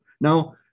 Now